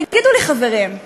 תגידו לי, חברים,